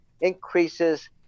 increases